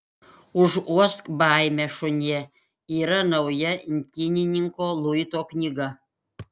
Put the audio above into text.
užuosk baimę šunie yra nauja imtynininko luito knyga